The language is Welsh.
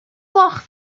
gloch